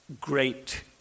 great